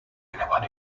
anyone